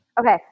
Okay